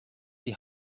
die